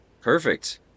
Perfect